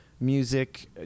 music